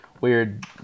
Weird